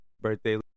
birthday